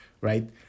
Right